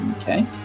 Okay